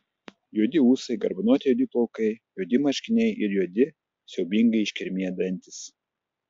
juodi ūsai garbanoti juodi plaukai juodi marškiniai ir juodi siaubingai iškirmiję dantys